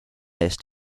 eest